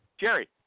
Jerry